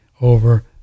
over